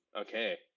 Okay